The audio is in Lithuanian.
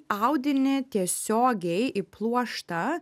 audinį tiesiogiai į pluoštą